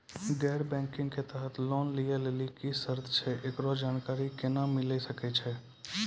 गैर बैंकिंग के तहत लोन लए लेली की सर्त छै, एकरो जानकारी केना मिले सकय छै?